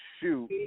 shoot